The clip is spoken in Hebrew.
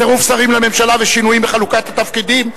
צירוף שרים לממשלה ושינויים בחלוקת התפקידים.